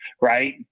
right